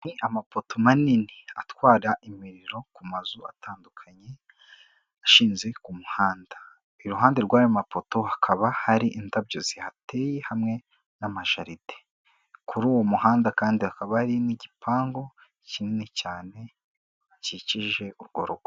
Ni amapoto manini atwara imiriro ku mazu atandukanye, ashinze ku muhanda. Iruhande rw'ayo mapoto hakaba hari indabyo zihateye hamwe n'amajaride. Kuri uwo muhanda kandi hakaba hari n'igipangu kinini cyane gikikije urwo rugo.